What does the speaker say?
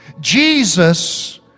Jesus